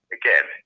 again